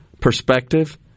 perspective